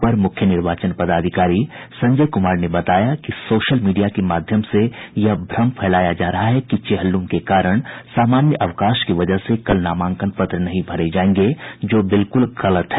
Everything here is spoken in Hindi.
अपर मुख्य निर्वाचन पदाधिकारी संजय कुमार ने बताया कि सोशल मीडिया के माध्यम से यह भ्रम फैलाया जा रहा है कि चेहल्लूम के कारण सामान्य अवकाश की वजह से कल नामांकन पत्र नहीं भरे जायेंगे जो बिल्कुल गलत है